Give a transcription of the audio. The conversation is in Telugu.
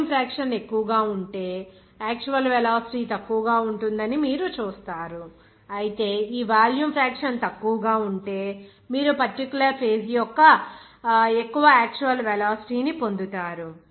వాల్యూమ్ ఫ్రాక్షన్ ఎక్కువగా ఉంటే యాక్చువల్ వెలాసిటీ తక్కువగా ఉంటుందని మీరు చూస్తారు అయితే మీ వాల్యూమ్ ఫ్రాక్షన్ తక్కువగా ఉంటే మీరు పర్టిక్యులర్ ఫేజ్ యొక్క ఎక్కువ యాక్చువల్ వెలాసిటీ ని పొందుతారు